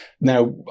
Now